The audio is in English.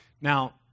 Now